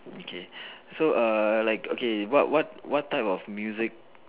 okay so err like okay what what what type of music